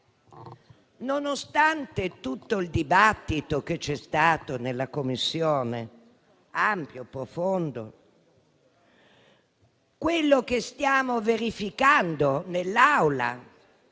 Nonostante tutto il dibattito che c'è stato in Commissione, ampio e profondo, quello che stiamo verificando in Aula